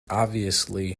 obviously